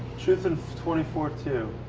truth in twenty four two.